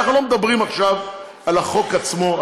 אנחנו לא מדברים עכשיו על החוק עצמו,